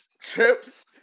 Trips